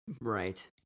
Right